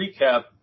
recap